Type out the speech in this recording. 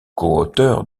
coauteur